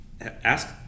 ask